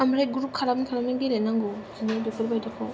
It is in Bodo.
ओमफ्राय ग्रुप खालामै खालामै गेलेनांगौ बेफोरबादिखौ